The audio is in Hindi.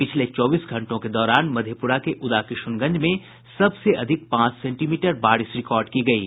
पिछले चौबीस घंटों के दौरान मधेपुरा के उदाकिशुनगंज में सबसे अधिक पांच सेंटीमीटर बारिश रिकॉर्ड की गयी